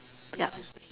ya